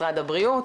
משרד הבריאות,